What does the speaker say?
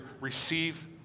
receive